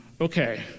Okay